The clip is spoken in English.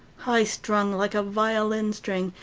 high strung, like a violin string,